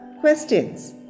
questions